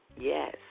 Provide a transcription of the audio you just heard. Yes